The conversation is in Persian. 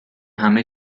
همه